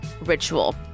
ritual